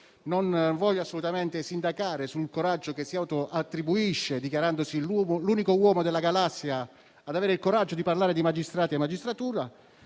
Non voglio assolutamente sindacare sul coraggio che si autoattribuisce dichiarandosi l'unico uomo della galassia ad avere il coraggio, appunto, di parlare di magistrati e magistratura,